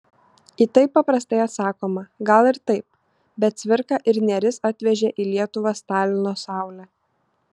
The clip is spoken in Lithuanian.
į tai paprastai atsakoma gal ir taip bet cvirka ir nėris atvežė į lietuvą stalino saulę